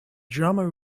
drama